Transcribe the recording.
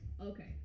Okay